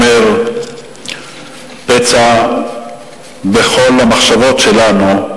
פצע בכל המחשבות שלנו,